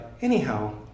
anyhow